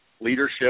leadership